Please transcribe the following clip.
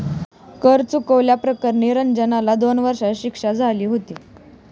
कर चुकवल्या प्रकरणी रंजनला दोन वर्षांची शिक्षा झाली होती